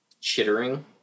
chittering